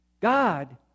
God